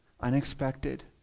unexpected